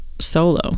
solo